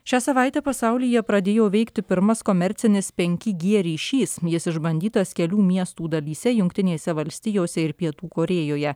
šią savaitę pasaulyje pradėjo veikti pirmas komercinis penki g ryšys jis išbandytas kelių miestų dalyse jungtinėse valstijose ir pietų korėjoje